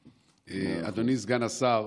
אדוני סגן השר,